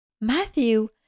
Matthew